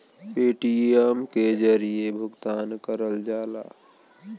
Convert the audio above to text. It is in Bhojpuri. पेटीएम के जरिये भुगतान करल जाला